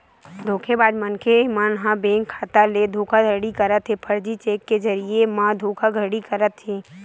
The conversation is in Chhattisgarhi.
धोखेबाज मनखे मन ह बेंक खाता ले धोखाघड़ी करत हे, फरजी चेक के जरिए म धोखाघड़ी करत हे